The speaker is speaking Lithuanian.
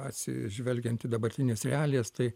atsižvelgiant į dabartines realijas tai